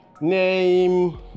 name